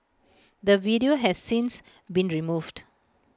the video has since been removed